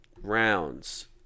rounds